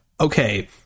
Okay